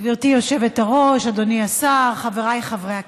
גברתי היושבת-ראש, אדוני השר, חבריי חברי הכנסת,